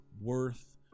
worth